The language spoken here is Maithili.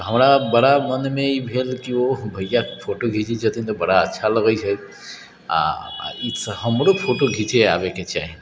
हमरा बड़ा मनमे ई भेल कि ओह भैया फोटो घिचै छथिन तऽ बड़ा लगै छै आओर हमरो फोटो घिचै आबैके चाही